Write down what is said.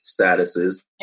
statuses